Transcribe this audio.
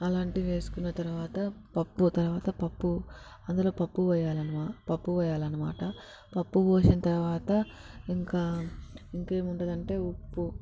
అలాంటి వేసుకున్న తర్వాత పప్పు తర్వాత పప్పు అందులో పప్పు పోయాల పప్పు పోయాలన్నమాట పప్పు పోసిన తర్వాత ఇంకా ఇంకేముందంటే ఉప్పు